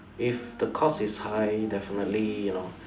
if the cost is high definitely you know